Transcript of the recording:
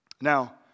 Now